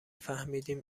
فهمیدیم